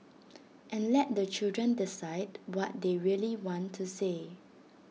and let the children decide what they really want to say